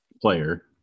player